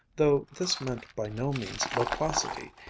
though this meant by no means loquacity,